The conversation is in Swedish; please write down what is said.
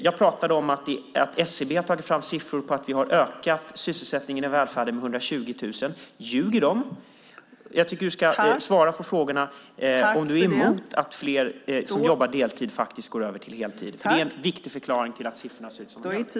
Jag pratade om att SCB har tagit fram siffror på att vi har ökat sysselsättningen i välfärden med 120 000. Ljuger SCB? Jag tycker att du ska svara på frågorna om du är emot att fler som jobbar deltid faktiskt går över till heltid. Det är nämligen en viktig förklaring till att siffrorna ser ut som de gör.